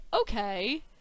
okay